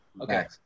okay